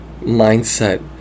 mindset